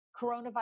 coronavirus